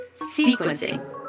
Sequencing